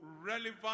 relevant